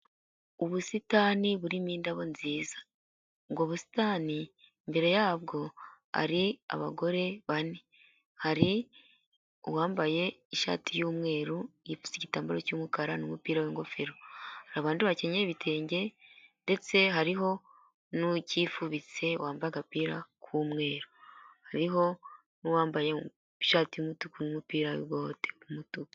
Ubusitani burimo indabo nziza, ubwo busitani mbere yabwo ari abagore bane, hari uwambaye ishati y'umweru yipfutse igitambaro cy'umukara n'umupira w'ingofero, abandi bakenyeye ibitenge, ndetse hariho n'ukifubitse wambaye agapira k'umweru hariho n'uwambaye ishati y'umutuku n'umupira n'igote ry' umutuku.